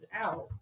out